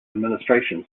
administration